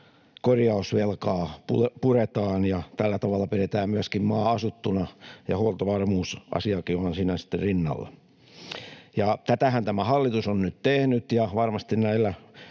korjausvelkaa puretaan ja tällä tavalla pidetään myöskin maa asuttuna, ja huoltovarmuusasiakin on siinä sitten rinnalla. Tätähän tämä hallitus on nyt tehnyt, ja varmasti näillä